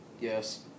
Yes